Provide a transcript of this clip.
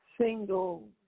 single